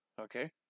okay